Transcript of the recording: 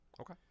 Okay